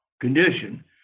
condition